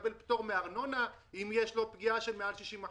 יקבל פטור מארנונה אם יש לו פגיעה של יותר מ-60%,